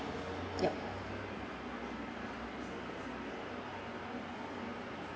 yup